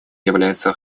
являются